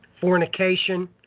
fornication